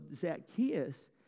Zacchaeus